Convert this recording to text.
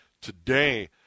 today